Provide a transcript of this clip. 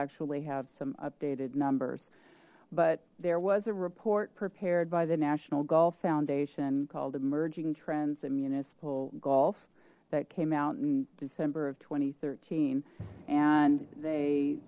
actually have some updated numbers but there was a report prepared by the national golf foundation called emerging trends a municipal golf that came out in december of two thousand and thirteen and they